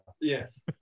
Yes